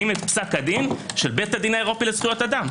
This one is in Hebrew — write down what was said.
את פסק הדין של בית הדין האירופי לזכויות אדם?